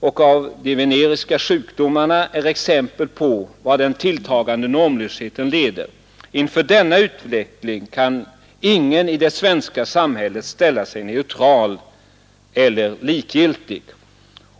och av de veneriska sjukdomarna är exempel på vart den tilltagande normlösheten leder. Inför den utvecklingen kan ingen i det svenska samhället ställa sig neutral eller likgiltig.